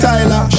Tyler